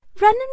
Run